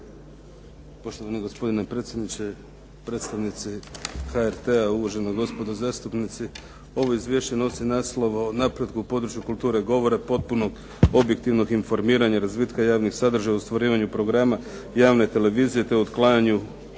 Poštovani gospodine predsjedniče, predstavnici HRT-a, uvažena gospodo zastupnici. Ovo izvješće nosi naslov o napretku u području kulture govora potpuno objektivnog informiranja razvitka javnih sadržaja u ostvarivanju programa javne televizije te otklanjanju